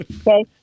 Okay